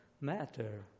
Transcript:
matter